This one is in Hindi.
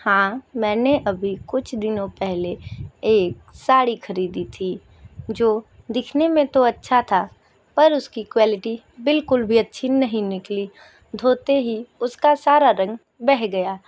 हाँ मैंने अभी कुछ दिनों पहले एक साड़ी खरीदी थी जो दिखने में तो अच्छा था पर उसकी क्वालिटी बिल्कुल भी अच्छी नहीं निकली धोते ही उसका सारा रंग बह गया